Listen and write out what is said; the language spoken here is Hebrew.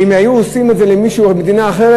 ואם היו עושים את זה למישהו במדינה אחרת,